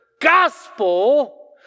gospel